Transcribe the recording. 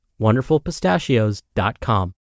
WonderfulPistachios.com